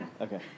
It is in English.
Okay